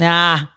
Nah